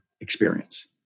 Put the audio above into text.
experience